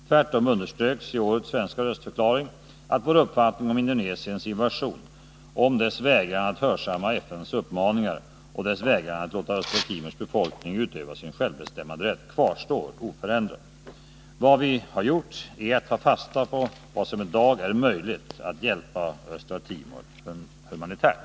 Tvärtom underströks i årets svenska röstförklaring att vår uppfattning om Indonesiens invasion, om dess vägran att hörsamma FN:s uppmaningar och dess vägran att låta Östra Timors befolkning utöva sin självbestämmanderätt kvarstår oförändrad. Vad vi har gjort är att ta fasta på vad som i dag är möjligt, att hjälpa Östra Timor humanitärt.